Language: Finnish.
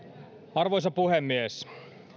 arvoisa puhemies